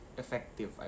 effective